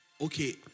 Okay